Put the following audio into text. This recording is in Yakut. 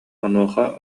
онуоха